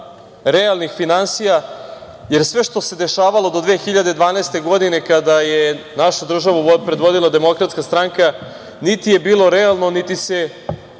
realnih finansija, jer sve što se dešavalo do 2012. godine kada je našu državu predvodila DS niti je bilo realno, niti je